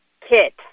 kit